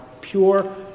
pure